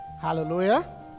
Hallelujah